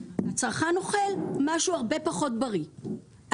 והצרכן אוכל משהו הרבה פחות בריא.